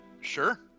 Sure